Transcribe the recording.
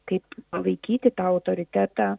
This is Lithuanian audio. kaip palaikyti tą autoritetą